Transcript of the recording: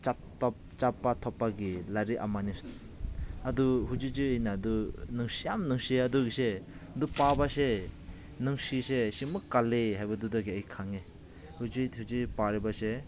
ꯆꯠꯄ ꯊꯣꯛꯄꯒꯤ ꯂꯥꯏꯔꯤꯛ ꯑꯃꯅꯤ ꯑꯗꯨ ꯍꯧꯖꯤꯛꯁꯦ ꯑꯩꯅ ꯑꯗꯨ ꯅꯨꯡꯁꯤ ꯌꯥꯝ ꯅꯨꯡꯁꯤ ꯑꯗꯨꯒꯤꯁꯦ ꯑꯗꯨ ꯄꯥꯕꯁꯦ ꯅꯨꯡꯁꯤꯁꯦ ꯁꯤꯃꯨꯛ ꯀꯜꯂꯤ ꯍꯥꯏꯕꯗꯨꯗꯒꯤ ꯑꯩ ꯈꯪꯉꯤ ꯍꯧꯖꯤꯛ ꯍꯧꯖꯤꯛ ꯄꯥꯔꯤꯕꯁꯦ